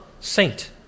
saint